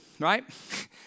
right